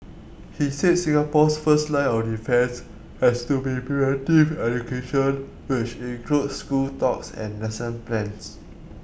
he said Singapore's first line of defence has to be preventive education which includes school talks and lesson plans